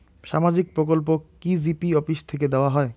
সামাজিক প্রকল্প কি জি.পি অফিস থেকে দেওয়া হয়?